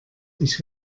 ich